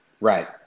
Right